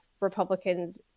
Republicans